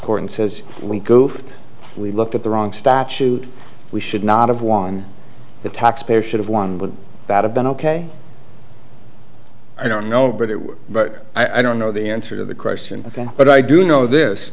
court and says we goofed we looked at the wrong statute we should not have won the taxpayer should have won would that have been ok i don't know but it would but i don't know the answer to the question but i do know this